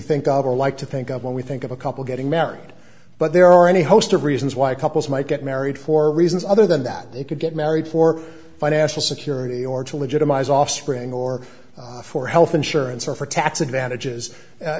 think of or like to think of when we think of a couple getting married but there are any host of reasons why couples might get married for reasons other than that they could get married for financial security or to legitimize offspring or for health insurance or for tax advantages